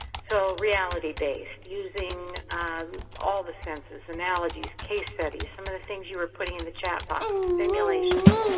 so reality based, using all the senses, analogies, case studies, some of the things you were putting in the chat box, simulations,